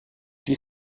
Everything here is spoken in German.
die